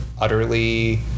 utterly